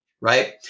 Right